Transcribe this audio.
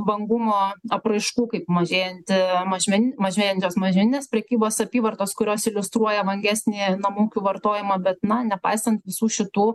vangumo apraiškų kaip mažėjanti mažmen mažėjančios mažmeninės prekybos apyvartos kurios iliustruoja vangesnį namų ūkių vartojimą bet na nepaisant visų šitų